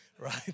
right